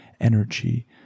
energy